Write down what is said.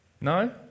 No